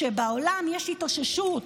כשבעולם יש התאוששות,